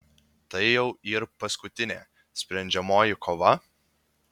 tai jau yr paskutinė sprendžiamoji kova